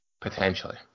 Potentially